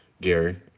Gary